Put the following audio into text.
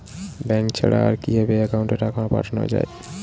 Bank ছাড়া আর কিভাবে একাউন্টে টাকা পাঠানো য়ায়?